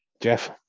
Jeff